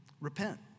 Repent